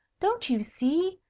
don't you see?